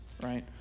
right